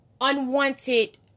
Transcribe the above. unwanted